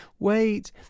wait